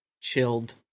chilled